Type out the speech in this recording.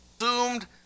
assumed